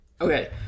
Okay